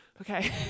okay